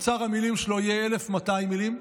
אוצר המילים שלו יהיה 1,200 מילים,